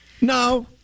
no